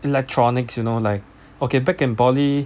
electronics you know like okay back in poly